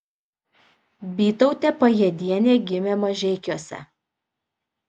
bytautė pajėdienė gimė mažeikiuose